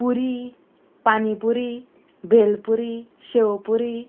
पुरी pani puri bhelpuri sev puri